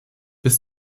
bis